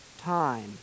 time